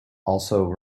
also